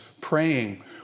praying